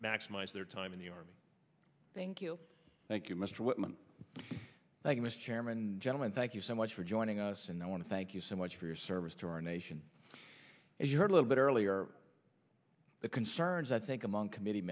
maximize their time in the army thank you thank you mister thank you mr chairman gentlemen thank you so much for joining us and i want to thank you so much for your service to our nation as you heard a little bit earlier the concerns i think among committee